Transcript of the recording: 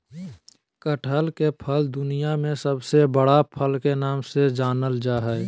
कटहल के फल दुनिया में सबसे बड़ा फल के नाम से जानल जा हइ